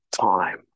time